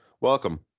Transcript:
Welcome